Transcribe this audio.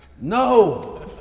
No